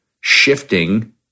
shifting